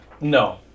no